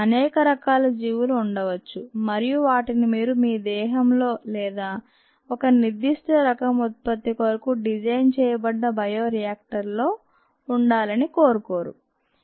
అనేక రకాల జీవులు ఉండవచ్చు మరియు వాటిని మీరుమీ దేహంలో లేదా ఒక నిర్ధిష్ట రకం ఉత్పత్తి కొరకు డిజైన్ చేయబడ్డ బయో రియాక్టర్ లో ఉండాలని కోరుకోరు